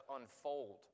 unfold